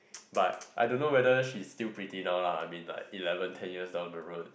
but I don't know whether she is still pretty now ah I mean like eleven ten years old